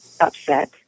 upset